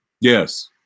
Yes